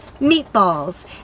meatballs